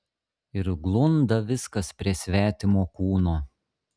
ir glunda viskas prie svetimo kūno